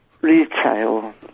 retail